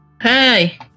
Hey